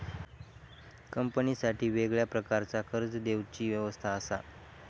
कंपनीसाठी वेगळ्या प्रकारचा कर्ज देवची व्यवस्था असा